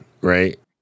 right